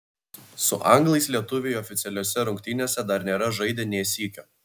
su anglais lietuviai oficialiose rungtynėse dar nėra žaidę nė sykio